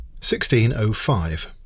1605